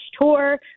tour